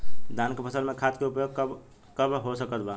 धान के फसल में खाद के उपयोग कब कब हो सकत बा?